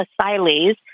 asylees